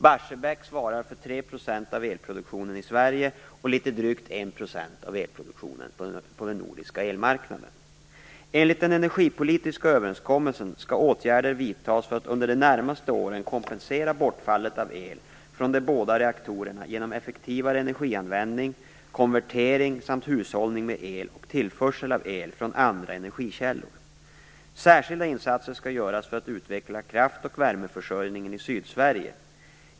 Barsebäck svarar för 3 % av elproduktionen i Sverige och litet drygt 1 % av elproduktionen på den nordiska elmarknaden. Enligt den energipolitiska överenskommelsen skall åtgärder vidtas för att under de närmaste åren kompensera bortfallet av el från de båda reaktorerna genom effektivare energianvändning, konvertering samt hushållning med el och tillförsel av el från andra energikällor. Särskilda insatser skall göras för att utveckla kraft och värmeförsörjningen i Sydsverige.